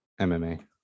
MMA